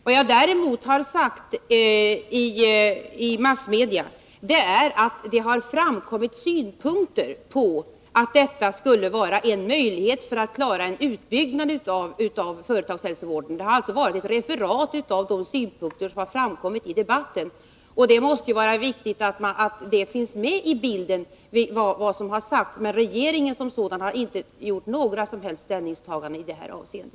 Vad jag däremot har sagt i massmedia är att det har framkommit synpunkter på att höjda arbetsgivaravgifter skulle vara en möjlighet för att klara en utbyggnad av företagshälsovården. Det var alltså referat av de synpunkter som har framkommit i debatten, och det är viktigt att det som har sagts finns med i bilden. Men regeringen som sådan har inte gjort några som helst ställningstaganden i detta avseende.